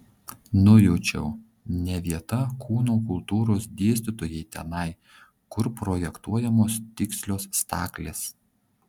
nujaučiau ne vieta kūno kultūros dėstytojai tenai kur projektuojamos tikslios staklės